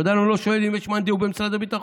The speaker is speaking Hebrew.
אתה יודע למה הוא לא שואל אם יש מאן דהו במשרד הביטחון?